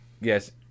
yes